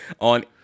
On